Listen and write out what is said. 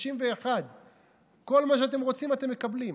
61. כל מה שאתם רוצים אתם מקבלים.